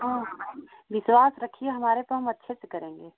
हाँ विश्वास रखिए हमारे पर हम अच्छे से करेंगे